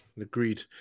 agreed